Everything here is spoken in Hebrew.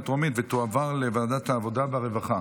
לוועדת העבודה והרווחה